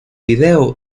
video